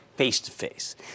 face-to-face